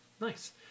nice